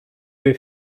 vais